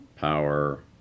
power